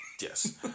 yes